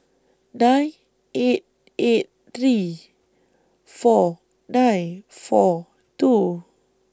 nine eight eight three four nine four two